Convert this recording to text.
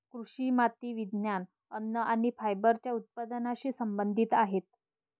कृषी माती विज्ञान, अन्न आणि फायबरच्या उत्पादनाशी संबंधित आहेत